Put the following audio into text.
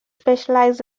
specialized